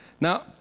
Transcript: Now